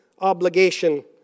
obligation